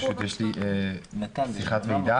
פשוט יש לי שיחת ועידה.